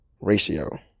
ratio